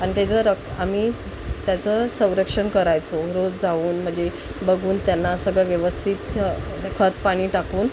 अन् त्याचं रमी त्याचं संरक्षण करायचो रोज जाऊन म्हणजे बघून त्यांना सगळं व्यवस्थित खत पाणी टाकून